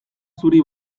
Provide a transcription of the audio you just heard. zuri